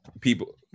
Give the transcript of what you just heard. people